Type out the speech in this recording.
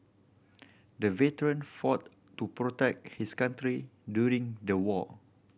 the veteran fought to protect his country during the war